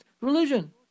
religion